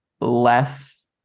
less